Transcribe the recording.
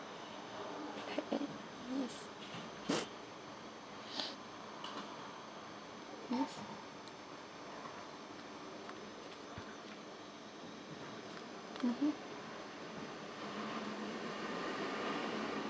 mmhmm